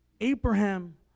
Abraham